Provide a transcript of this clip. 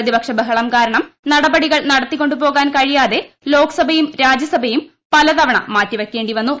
പ്രതിപക്ഷ ബഹളം കാരണം നടപടികൾ നടത്തിക്കൊണ്ടുപോകാൻ കഴിയാതെ ലോകസഭയും രാജ്യസഭയും പല തവണ മാറ്റിവെയ്ക്കേണ്ടിവന്നു